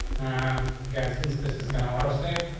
um, again, since this is gonna auto save,